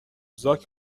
زاک